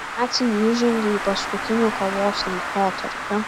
naciai įžengė į paskutinį kovos laikotarpį